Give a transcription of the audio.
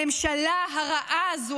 הממשלה הרעה הזו,